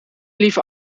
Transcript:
liever